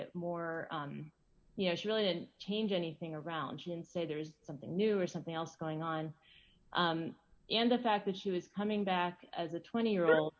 it more you know she really didn't change anything around she can say there is something new or something else going on and the fact that she was coming back as a twenty year old